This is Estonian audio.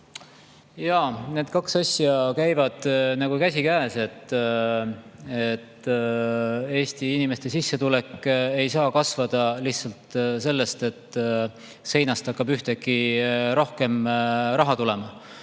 Need kaks asja käivad käsikäes. Eesti inimeste sissetulek ei saa kasvada lihtsalt tänu sellele, et seinast hakkab ühtäkki rohkem raha tulema.